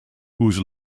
whose